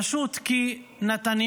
פשוט כי נתניהו